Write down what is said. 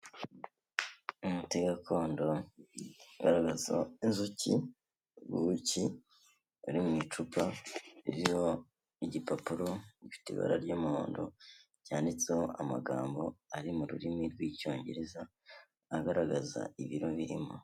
Imuti gakondo igaragaza inzuki, ubuki buri mu icupa iriho igipapuro gifite ibara ry'umuhondo cyanditseho amagambo ari mururimi rw'icyongereza agaragaza ibiro birimo.